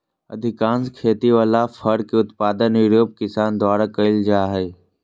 अधिकांश खेती वला फर के उत्पादन यूरोप किसान द्वारा कइल जा हइ